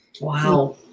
Wow